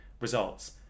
results